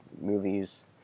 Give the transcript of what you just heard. movies